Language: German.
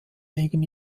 wegen